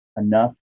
enough